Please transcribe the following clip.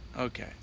okay